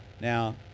Now